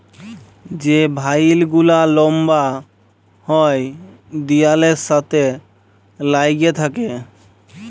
যে ভাইল গুলা লম্বা হ্যয় দিয়ালের সাথে ল্যাইগে থ্যাকে